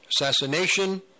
assassination